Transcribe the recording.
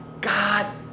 God